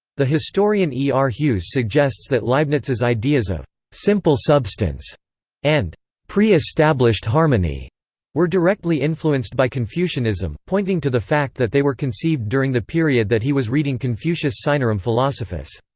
the historian e r. hughes suggests that leibniz's ideas of simple substance and pre-established harmony were directly influenced by confucianism, pointing to the fact that they were conceived during the period that he was reading confucius sinarum philosophus.